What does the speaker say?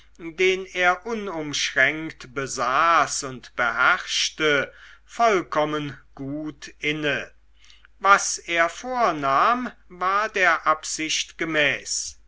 den er unumschränkt besaß und beherrschte vollkommen gut inne was er vornahm war der absicht gemäß